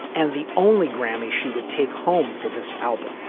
and the only grammy she would take home for this album.